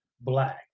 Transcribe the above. black